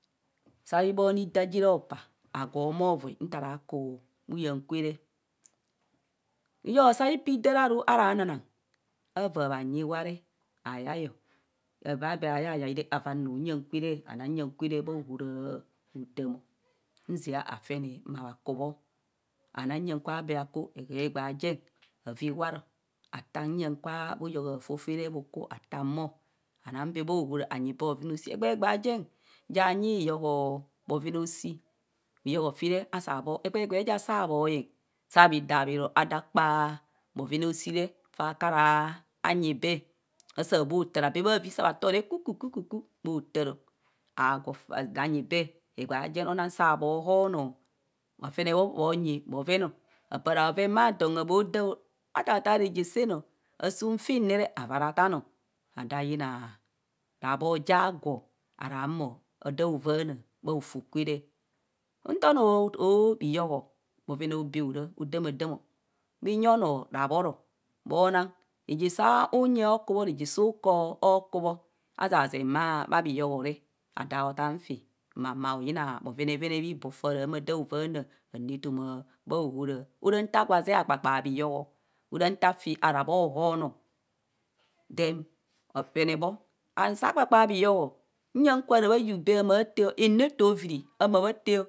Saa bhone idaa ji re hopaa agwo movai ntara ku. nyeng kwera bhiyo daa pi daa re aru harana nang, avaa bhanyi iwa re ayai o. avaa baa yayai anuu huyeng kwe o. anaa nye kware bha ohora odam nzia afene a kubo ana nang nye kwa adee ku egbee hegbee ajen avaa iwaro ataang huyeng kwa bhu họhọr aafoo fere bhu kuo ataang bho anang bee bha ahora anyi bee bhovenaoshi egbee hegbee ajen ja nyi bhi hoho obhen aoshi bhihor saa bho egbee hegbee ja sro bho yeng. saa bhi daa bhi ro naa kpaabhovenaoshi refas kara nyi bee. asaa bho taaro abe bhare re kuku ku bho taaro, agwo aavaa nyi bee. egbee aajen anaa saa bho hoonoo bha fene bho nyi bhuvene aparaabhoven bha abho das o taa taa reje saan asuum phine ara tasno adaa yina rabbcer ja agwo ara humo adaa vaana bhs hofo kwr re nta anoo otoo bhiyo bhoven aobe horas odamadam o bhe nyi anoo rabboro leho nang reje saa unyeng akubho. reye sas ukor akubhu axaazeng bha vbhiyo re adaa a o taan fi ma dao yrna abhevenevene bhiboo faa daa humo awaana anu etoma bha ahora ara nta gwo zaa akpakpaa bhihoho ora ta fi ra bhohono then otene bho and so kpakpaa bhihoho huyeng kwa ra yuu fi amaa taa.